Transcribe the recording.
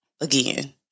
again